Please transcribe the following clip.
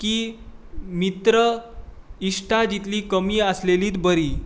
की मित्र इश्टां जितलीं कमी आसलेलीं बरीं